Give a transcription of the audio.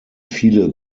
viele